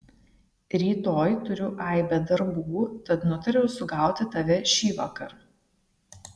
rytoj turiu aibę darbų tad nutariau sugauti tave šįvakar